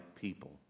people